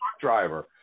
driver